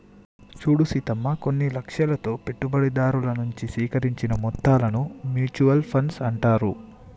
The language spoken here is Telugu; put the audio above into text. చూడు సీతమ్మ కొన్ని లక్ష్యాలతో పెట్టుబడిదారుల నుంచి సేకరించిన మొత్తాలను మ్యూచువల్ ఫండ్స్ అంటారు